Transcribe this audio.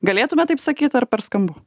galėtume taip sakyt ar per skambu